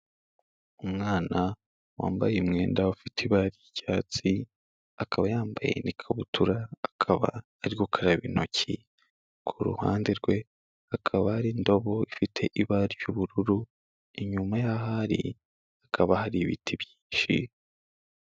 Umwana wambaye umwenda ufite ibara ry'icyatsi, akaba yambaye n'ikabutura, akaba ari gukaraba intoki, ku ruhande rwe hakaba hari indobo ifite ibara ry'ubururu, inyuma y'aho ari hakaba hari ibiti byinshi.